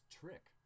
trick